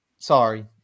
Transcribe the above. sorry